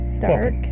Dark